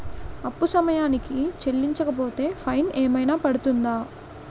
అప్పు సమయానికి చెల్లించకపోతే ఫైన్ ఏమైనా పడ్తుంద?